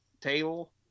table